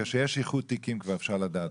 בגלל שיש כבר איחוד תיקים אפשר לדעת.